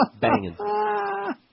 banging